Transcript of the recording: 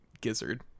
Gizzard